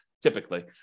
typically